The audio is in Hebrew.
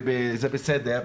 ו'זה בסדר',